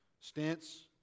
stance